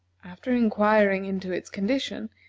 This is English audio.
after inquiring into its condition,